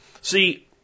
See